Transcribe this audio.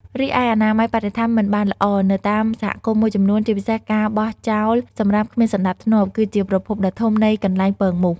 រីឯអនាម័យបរិស្ថានមិនបានល្អ នៅតាមសហគមន៍មួយចំនួន ជាពិសេសការបោះចោលសំរាមគ្មានសណ្តាប់ធ្នាប់ គឺជាប្រភពដ៏ធំនៃកន្លែងពងមូស។